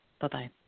Bye-bye